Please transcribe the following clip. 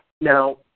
Now